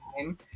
time